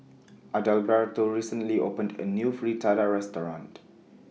Adalberto recently opened A New Fritada Restaurant